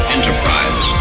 Enterprise